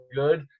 good